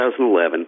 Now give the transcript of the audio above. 2011